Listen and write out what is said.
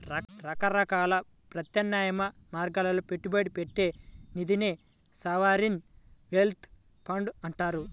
రకరకాల ప్రత్యామ్నాయ మార్గాల్లో పెట్టుబడి పెట్టే నిధినే సావరీన్ వెల్త్ ఫండ్లు అంటారు